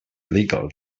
illegal